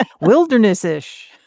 Wilderness-ish